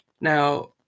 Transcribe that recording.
Now